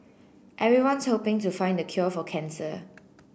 everyone's hoping to find the cure for cancer